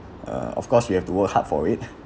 uh of course we have to work hard for it